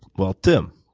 well, tim,